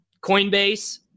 coinbase